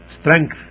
strength